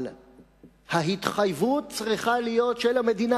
אבל ההתחייבות צריכה להיות של המדינה,